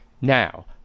Now